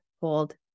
hold